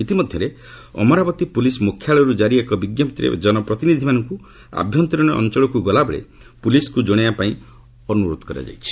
ଇତିମଧ୍ୟରେ ଅମରାବତୀ ପୁଲିସ୍ ମୁଖ୍ୟାଳୟରୁ ଜାରି ଏକ ବିଙ୍କପ୍ତିରେ ଜନପ୍ରତିନିଧିମାନଙ୍କୁ ଆଭ୍ୟନ୍ତରିଣ ଅଞ୍ଚଳକୁ ଗଲାବେଳେ ପୁଲିସ୍କୁ ଜଣାଇବା ପାଇଁ ଅନୁରୋଧ କରାଯାଇଛି